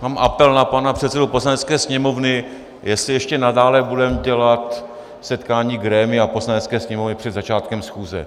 Mám apel na pana předsedu Poslanecké sněmovny, jestli ještě nadále budeme dělat setkání grémia Poslanecké sněmovny před začátkem schůze.